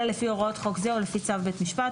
אלא לפי הוראות חוק זה או לפי צו בית משפט,